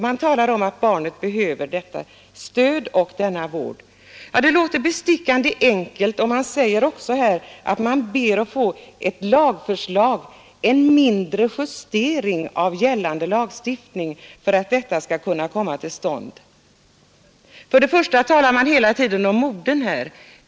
Man talar om att barnet behöver detta stöd och denna vård. Det låter bestickande enkelt, och man säger att det är fråga om en mindre justering av gällande lagstiftning för att detta skall kunna komma till stånd. Man talar hela tiden om modern.